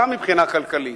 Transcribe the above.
גם מבחינה כלכלית.